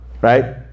right